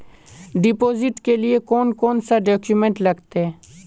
Deposit के लिए कौन कौन से डॉक्यूमेंट लगते?